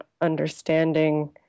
understanding